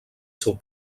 seu